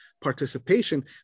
participation